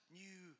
new